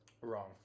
Wrong